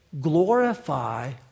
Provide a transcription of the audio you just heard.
Glorify